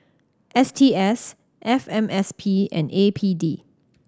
S T S F M S P and A P D